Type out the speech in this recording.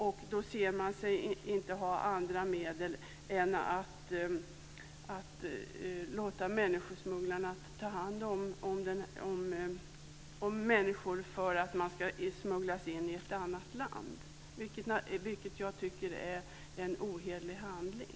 Man ser inga andra medel än att låta människosmugglare smuggla sig in i ett annat land, vilket jag tycker är en ohederlig handling.